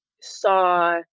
saw